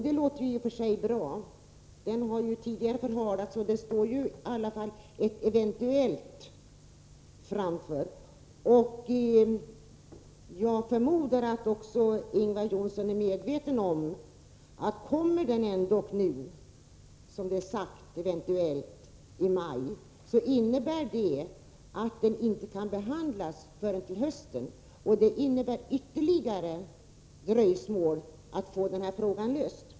Det låter i och för sig bra. Denna proposition har tidigare förhalats, och fortfarande säger man att den eventuellt skall komma i vår. Jag förmodar att också Ingvar Johnsson är medveten om att om det kommer en proposition — eventuellt i maj — innebär det att den inte kan behandlas förrän till hösten. Det medför ytterligare dröjsmål när det gäller att få den här frågan löst.